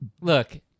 look